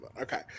Okay